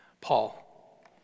Paul